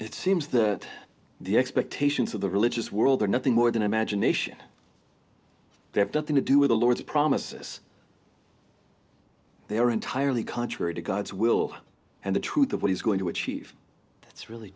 it seems that the expectations of the religious world are nothing more than imagination they have done thing to do with the lord's promises they are entirely contrary to god's will and the truth of what he's going to achieve that's really